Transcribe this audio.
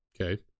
Okay